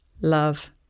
love